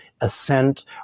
assent